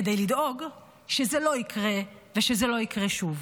כדי לדאוג שזה לא יקרה, שזה לא יקרה שוב.